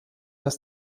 dass